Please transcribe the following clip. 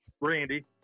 Randy